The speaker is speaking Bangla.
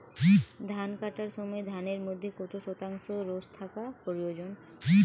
ধান কাটার সময় ধানের মধ্যে কত শতাংশ রস থাকা প্রয়োজন?